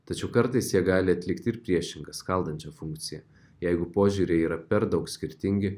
tačiau kartais jie gali atlikti ir priešingą skaldančią funkciją jeigu požiūriai yra per daug skirtingi